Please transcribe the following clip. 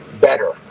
better